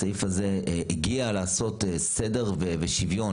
הסעיף הזה הגיע לעשות סדר ושיווין,